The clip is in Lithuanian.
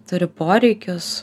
turi poreikius